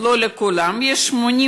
לכולם יש ביטוח משלים,